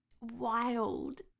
wild